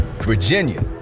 Virginia